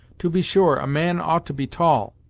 to be sure a man ought to be tall,